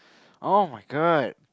[oh]-my-god